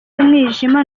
umwijima